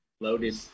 Loaded